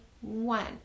one